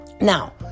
Now